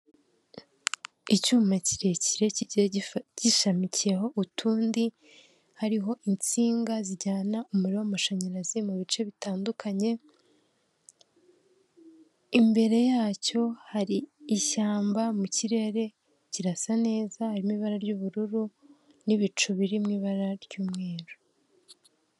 Icyuma kirekire kigiye gishamikiyeho utundi hariho insinga zijyana umuriro w'amashanyarazi mu bice bitandukanye, imbere yacyo hari ishyamba, mu kirere kirasa neza harimo ibara ry'ubururu n'ibicu biririmo ibara ry'umweru.